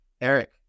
Eric